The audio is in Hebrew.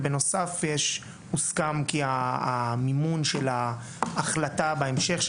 ובנוסף הוסכם כי המימון של ההחלטה בהמשך,